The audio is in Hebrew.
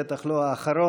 בטח לא האחרון.